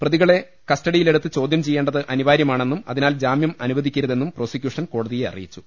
പ്രതികളെ കസ്റ്റഡിയിലെടുത്ത് ചോദ്യം ചെയ്യേണ്ടത് അനിവാര്യമാണെന്നും അതിനാൽ ജാമ്യം അനുവദി ക്കരുതെന്നും പ്രോസിക്യൂഷൻ കോടതിയെ അറിയിച്ചു